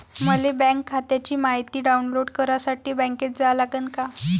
मले बँक खात्याची मायती डाऊनलोड करासाठी बँकेत जा लागन का?